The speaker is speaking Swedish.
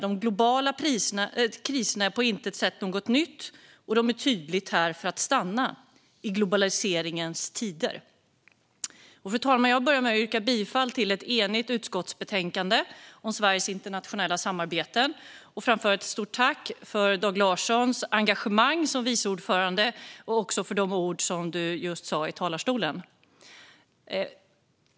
De globala kriserna är på intet sätt något nytt, men det är tydligt att de är här för att stanna i globaliseringens tider. Fru talman! Jag börjar med att yrka bifall till ett enigt utskotts förslag i betänkandet om Sveriges internationella samarbeten. Jag vill också framföra ett stort tack för Dag Larssons engagemang som vice ordförande och för hans ord här i talarstolen.